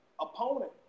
opponent